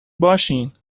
باشین